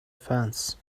fence